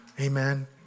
amen